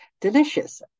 delicious